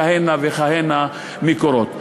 כהנה וכהנה מקורות.